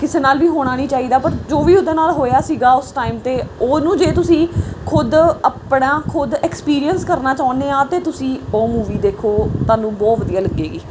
ਕਿਸੇ ਨਾਲ ਵੀ ਹੋਣਾ ਨਹੀਂ ਚਾਹੀਦਾ ਪਰ ਜੋ ਵੀ ਉਹਦੇ ਨਾਲ ਹੋਇਆ ਸੀਗਾ ਉਸ ਟਾਈਮ 'ਤੇ ਉਹਨੂੰ ਜੇ ਤੁਸੀਂ ਖੁਦ ਆਪਣਾ ਖੁਦ ਐਕਸਪੀਰੀਐਂਸ ਕਰਨਾ ਚਾਹੁੰਦੇ ਆ ਤਾਂ ਤੁਸੀਂ ਔਹ ਮੂਵੀ ਦੇਖੋ ਤੁਹਾਨੂੰ ਬਹੁਤ ਵਧੀਆ ਲੱਗੇਗੀ